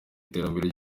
iterambere